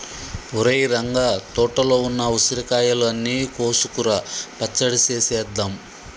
ఒరేయ్ రంగ తోటలో ఉన్న ఉసిరికాయలు అన్ని కోసుకురా పచ్చడి సేసేద్దాం